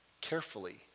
carefully